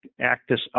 actus